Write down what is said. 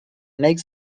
makes